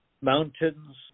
Mountains